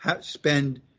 spend